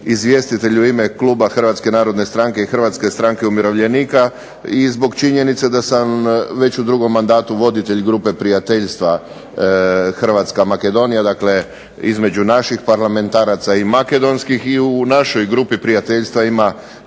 izvjestitelj u ime kluba Hrvatske narodne stranke i Hrvatske stranke umirovljenika, i zbog činjenice da sam već u drugom mandatu voditelj grupe prijateljstva Hrvatska-Makedonija, dakle između naših parlamentaraca i makedonskih, i u našoj grupi prijateljstva ima